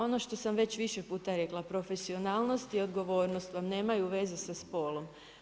Pa ono što sam već više puta rekla, profesionalnost i odgovornost, vam nemaju veze sa spolom.